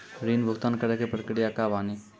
ऋण भुगतान करे के प्रक्रिया का बानी?